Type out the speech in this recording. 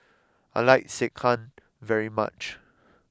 I like Sekihan very much